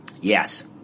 Yes